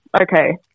Okay